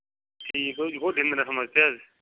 ٹھیٖک حظ چھُ یہِ گوٚو دٔہمہِ ڈسمبر تہِ حظ